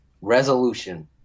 resolution